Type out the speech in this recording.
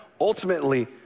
ultimately